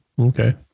Okay